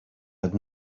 had